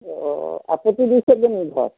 অ আপত্তি দিছেগৈনি ঘৰত